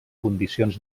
condicions